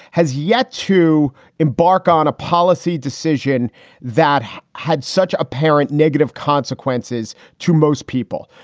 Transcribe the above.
has yet to embark on a policy decision that had such a parent negative consequences to most people.